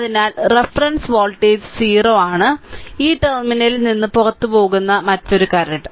അതിനാൽ reference voltage 0 ആണ് ഈ ടെർമിനലിൽ നിന്ന് പുറത്തുപോകുന്ന മറ്റൊരു കറന്റ്